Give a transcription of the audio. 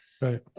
right